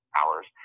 hours